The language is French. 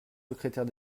secrétaire